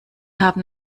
haben